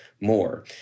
More